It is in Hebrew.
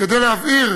כדי להבהיר